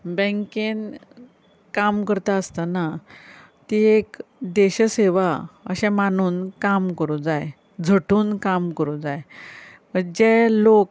बेंकेन काम करता आसतना ते एक देश सेवा अशें मानून काम करूं जाय झोटून काम करूं जाय जे लोक